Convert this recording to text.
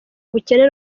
ubukene